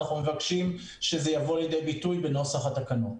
ואנחנו מבקשים שזה יבוא לידי ביטוי בנוסח התקנות.